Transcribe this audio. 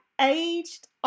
aged